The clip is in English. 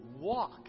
Walk